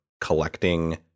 collecting